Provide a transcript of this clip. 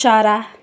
चरा